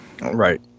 Right